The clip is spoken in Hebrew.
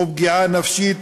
או פגיעה נפשית,